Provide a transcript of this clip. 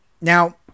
Now